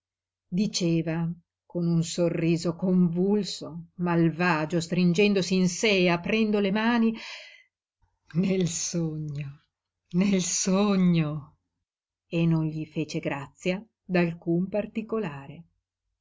diceva con un sorriso convulso malvagio stringendosi in sé e aprendo le mani nel sogno nel sogno e non gli fece grazia d'alcun particolare